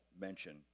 mention